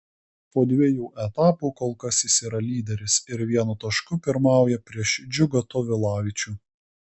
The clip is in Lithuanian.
po dviejų etapų kol kas jis yra lyderis ir vienu tašku pirmauja prieš džiugą tovilavičių